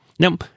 Now